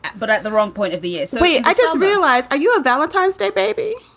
but at the wrong point of view. so i just realized. are you a valentine's day baby?